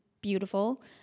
beautiful